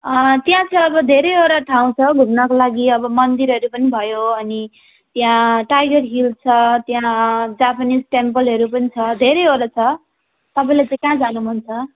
त्यहाँ चाहिँ अब धेरैवटा ठाउँ छ घुम्नको लागि अब मन्दिरहरू पनि भयो अनि त्यहाँ टाइगर हिल छ त्यहाँ जापानिस ट्याम्पलहरू पनि छ धेरैवटा छ तपाईँलाई चाहिँ कहाँ जानु मन छ